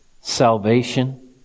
salvation